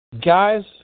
Guys